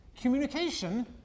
communication